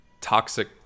toxic